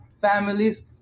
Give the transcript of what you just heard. families